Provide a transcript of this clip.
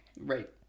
right